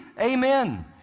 Amen